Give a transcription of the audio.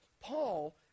Paul